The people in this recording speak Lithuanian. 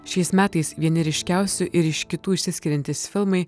šiais metais vieni ryškiausių ir iš kitų išsiskiriantys filmai